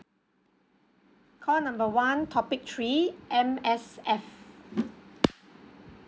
call number one topic three M_S_F